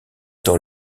dans